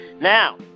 Now